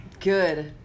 Good